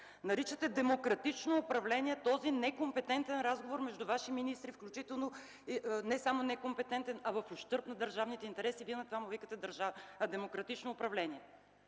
Наричате демократично управление този некомпетентен разговор между Ваши министри. Не само некомпетентен, а и в ущърб на държавните интереси. Вие на това му казвате демократично управление?!